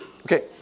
Okay